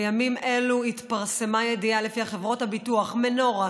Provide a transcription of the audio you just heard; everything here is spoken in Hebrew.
בימים אלו התפרסמה ידיעה שלפיה חברות הביטוח מנורה,